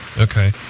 okay